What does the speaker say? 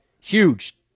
huge